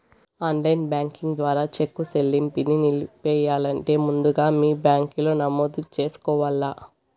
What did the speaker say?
online banking ద్వారా cheque సెల్లింపుని నిలిపెయ్యాలంటే ముందుగా మీ బ్యాంకిలో నమోదు చేసుకోవల్ల